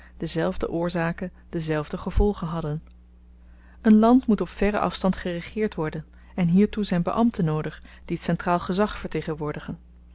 dezelfde oorzaken dezelfde gevolgen hadden een land moet op verren afstand geregeerd worden en hiertoe zyn beambten noodig die t centraaal gezag vertegenwoordigen